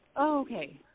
Okay